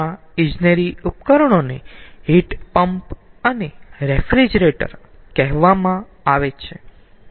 આ ઇજનેરી ઉપકરણોને હીટ પંપ અને રેફ્રિજરેટર કહેવામાં આવે છે